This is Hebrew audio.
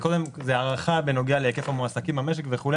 זו הערכה בנוגע להיקף המועסקים במק וכו',